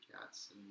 cats